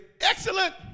excellent